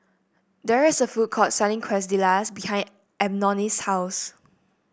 there is a food court selling Quesadillas behind Eboni's house